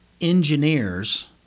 engineers